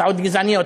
הצעות גזעניות.